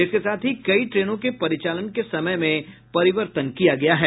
इसके साथ ही कई ट्रेनों के परिचालन के समय में परिवर्तन किया गया है